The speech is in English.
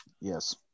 Yes